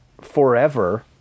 forever